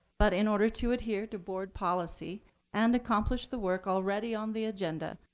but in order to adhere to board policy and accomplish the work already on the agenda,